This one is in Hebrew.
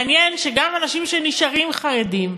מעניין שגם אנשים שנשארים חרדים,